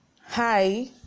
Hi